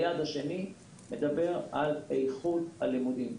היעד השני מדבר על איכות הלימודים.